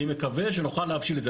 אני מקווה שנוכל להבשיל את זה.